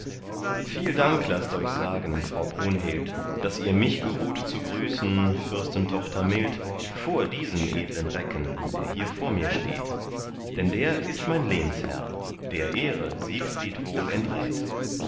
viel dank laßt euch sagen frau brunhild daß ihr mich geruht zu grüßen fürstentochter mild vor diesem edeln recken der hier vor mir steht denn der ist mein lehnsherr der ehre siegfried wohl enträt